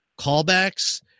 callbacks